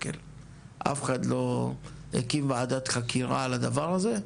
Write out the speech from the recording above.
אף אחד לא הקים ועדת חקירה על הדבר הזה,